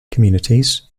communities